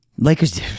Lakers